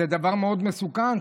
זה דבר מאוד מסוכן.